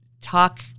talk